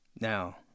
Now